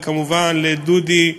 וכמובן לדודי,